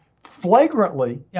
flagrantly